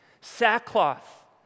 sackcloth